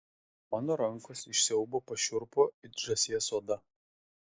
mano rankos iš siaubo pašiurpo it žąsies oda